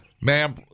Ma'am